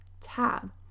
tab